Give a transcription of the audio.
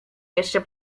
jeszcze